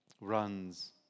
runs